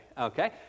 Okay